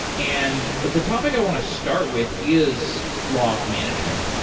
and the topic i want to start with is log management.